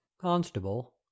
Constable